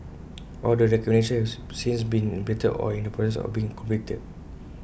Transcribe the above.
all the recommendations since been implemented or in the process of being completed